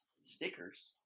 stickers